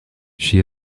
she